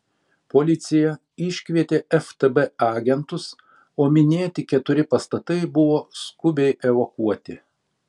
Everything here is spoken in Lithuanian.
policija iškvietė ftb agentus o minėti keturi pastatai buvo skubiai evakuoti